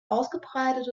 ausgebreitet